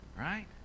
Right